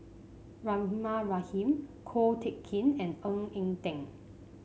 Rahimah Rahim Ko Teck Kin and Ng Eng Teng